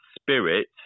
spirit